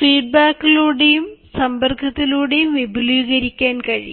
ഫീഡ്ബാക്കിലൂടെയും സമ്പർക്കത്തിലൂടെയും വിപുലീകരിക്കാൻ കഴിയും